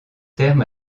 terme